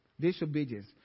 Disobedience